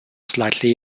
slightly